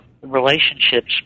relationships